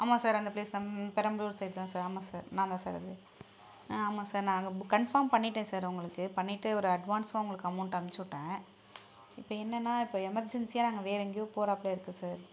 ஆமாம் சார் அந்த ப்ளேஸ் தான் பெரம்பலூர் சைடு தான் சார் ஆமாம் சார் நான் தான் சார் அது ஆ ஆமாம் சார் நான் கன்ஃபாம் பண்ணிட்டேன் சார் உங்களுக்கு பண்ணிட்டு ஒரு அட்வான்ஸும் உங்களுக்கு அமௌண்ட் அமுச்சிவிட்டன் இப்போ என்னன்னா இப்போ எமர்ஜன்சியாக நாங்கள் வேற எங்கேயே போறாப்ல இருக்குது சார்